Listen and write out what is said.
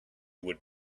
would